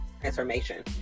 transformation